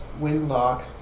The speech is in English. Windlock